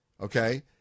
Okay